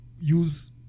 use